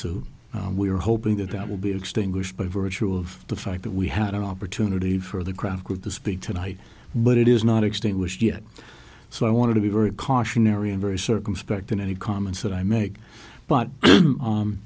lawsuit we are hoping that that will be extinguished by virtue of the fact that we had an opportunity for the graphic of the speech tonight but it is not extinguished yet so i want to be very cautionary and very circumspect in any comments that i make but